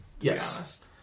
Yes